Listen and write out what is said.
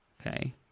Okay